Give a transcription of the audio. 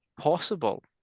possible